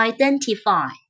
Identify